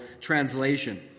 translation